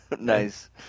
Nice